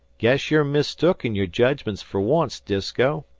guess you're mistook in your judgments fer once, disko.